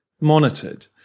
monitored